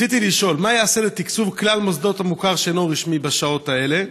רציתי לשאול: מה ייעשה לתקצוב כלל מוסדות המוכר שאינו רשמי בשעות האלה?